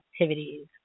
activities